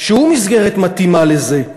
שהוא מסגרת מתאימה לזה.